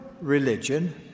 religion